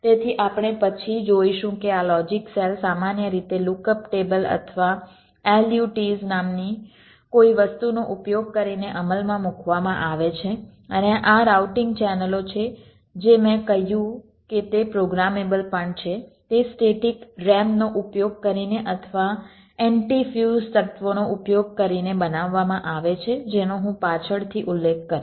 તેથી આપણે પછી જોઈશું કે આ લોજિક સેલ સામાન્ય રીતે લુકઅપ ટેબલ અથવા LUTs નામની કોઈ વસ્તુનો ઉપયોગ કરીને અમલમાં મૂકવામાં આવે છે અને આ રાઉટિંગ ચેનલો છે જે મેં કહ્યું કે તે પ્રોગ્રામેબલ પણ છે તે સ્ટેટિક RAM નો ઉપયોગ કરીને અથવા એન્ટી ફ્યુઝ તત્વોનો ઉપયોગ કરીને બનાવવામાં આવે છે જેનો હું પાછળથી ઉલ્લેખ કરીશ